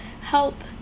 help